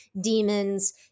demons